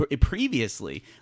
Previously